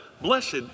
blessed